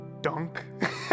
dunk